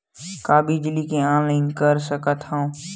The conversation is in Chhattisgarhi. का बिजली के ऑनलाइन कर सकत हव?